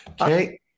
Okay